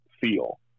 feel